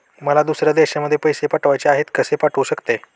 मला दुसऱ्या देशामध्ये पैसे पाठवायचे आहेत कसे पाठवू शकते?